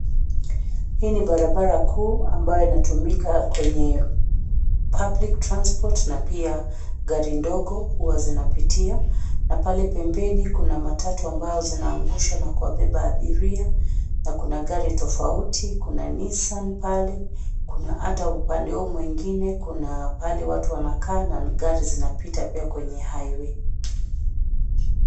Hii ni barabara kuu ambayo inatumika kwenye public transport na pia gari ndogo huwa zinapitia. Na pale pembeni kuna matatu ambayo zinaangusha na kuwabeba abiria na kuna gari tofauti. Kuna Nissan pale, kuna ata upande huu mwingine kuna pahali watu wanakaa na magari zinapita pia kwenye highway .